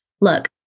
look